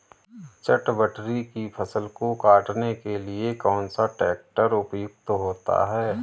चटवटरी की फसल को काटने के लिए कौन सा ट्रैक्टर उपयुक्त होता है?